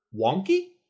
wonky